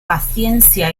paciencia